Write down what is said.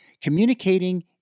Communicating